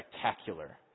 spectacular